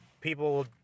people